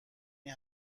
این